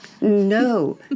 No